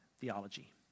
theology